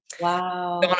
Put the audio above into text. wow